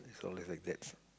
it's only like that